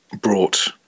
brought